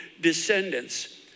descendants